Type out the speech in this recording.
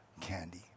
candy